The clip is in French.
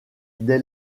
dès